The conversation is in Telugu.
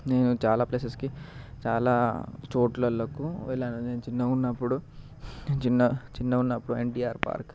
నేను చాలా ప్లేసెస్కి చాలా చోట్లకి వెళ్ళాను నేను చిన్నగా ఉన్నప్పుడు నేను చిన్న చిన్నగా ఉన్నప్పుడు ఎన్టీఆర్ పార్క్